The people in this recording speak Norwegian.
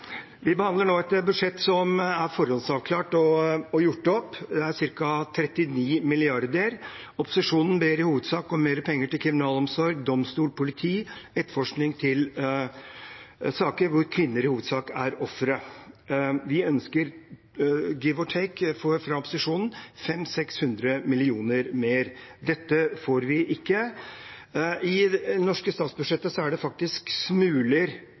Vi behandler nå et budsjett som er forhåndsavklart og gjort opp. Det er ca. 39 mrd. kr. Opposisjonen ber i hovedsak om mer penger til kriminalomsorg, domstol, politi og etterforskning av saker hvor kvinner i hovedsak er ofre. Vi ønsker, «give-or-take», fra opposisjonen 500–600 mill. kr mer. Dette får vi ikke. I det norske statsbudsjettet er det faktisk smuler